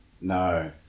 No